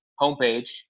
Homepage